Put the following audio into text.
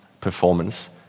performance